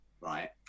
right